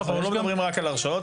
אנחנו לא מדברים רק על הרשאות,